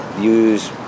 use